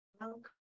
Welcome